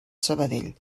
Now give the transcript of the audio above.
sabadell